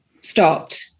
stopped